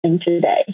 today